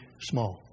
small